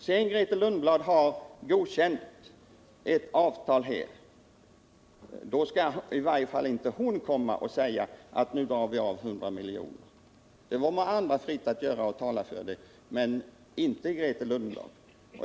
Sedan Grethe Lundblad har godkänt ett avtal där skall i varje fall inte hon här i riksdagen säga att nu tar vi tillbaka 100 miljoner. Det må vara andra fritt att göra det, men inte Grethe Lundblad.